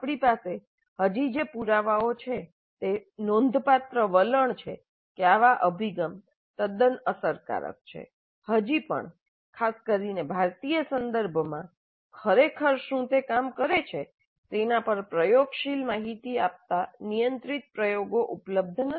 આપણી પાસે જે પુરાવા છે તે નોંધપાત્ર વલણ છે કે આવા અભિગમ તદ્દન અસરકારક છે હજી પણ ખાસ કરીને ભારતીય સંદર્ભમાં ખરેખર શું કામ કરે છે તેના પર પ્રયોગશીલ માહિતી આપતા નિયંત્રિત પ્રયોગો ઉપલબ્ધ નથી